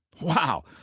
Wow